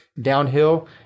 downhill